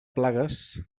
plagues